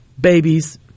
babies